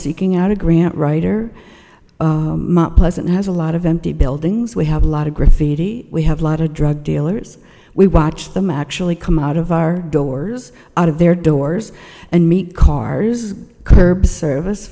seeking out a grant writer pleasant has a lot of empty buildings we have a lot of graffiti we have lot of drug dealers we watch them actually come out of our doors out of their doors and meet cars curbs service